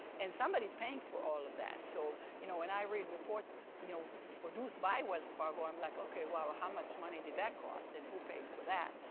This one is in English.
and somebody's paying for all of that. so you know when i read reports you know produced by wells fargo, i'm like, okay well, ah how much money did that cost and who paid for that?